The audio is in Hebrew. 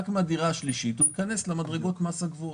רק מהדירה השלישית הוא ייכנס למדרגות המס הגבוהות.